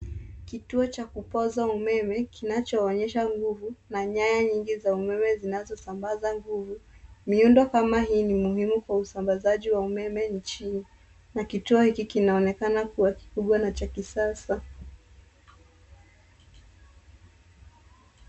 Kituo cha kupooza umeme kinachoonyesha nguvu na nyaya nyingi za umeme zinazosambaza nguvu. Miundo kama hii ni muhimu kwa usambazaji wa umeme nchini na kituo hiki kinaonekana kuwa kikubwa na cha kisasa.